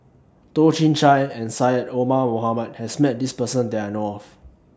Toh Chin Chye and Syed Omar Mohamed has Met This Person that I know of